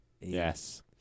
yes